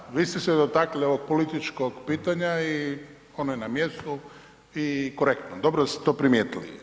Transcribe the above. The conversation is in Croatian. Da, vi ste se dotakli ovog političkog pitanja i ono je na mjestu i korektno, dobro da ste to primijetili.